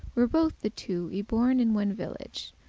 were both the two y-born in one village,